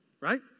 right